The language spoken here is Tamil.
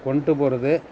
கொண்டுப் போகிறது